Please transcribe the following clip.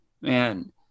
man